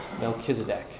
Melchizedek